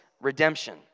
redemption